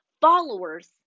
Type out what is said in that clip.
followers